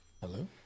Hello